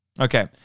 Okay